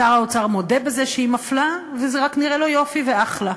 שר האוצר מודה בזה שהיא מפלה וזה רק נראה לו יופי ואחלה.